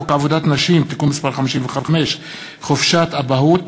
הצעת חוק עבודת נשים (תיקון מס' 55) (חופשת אבהות),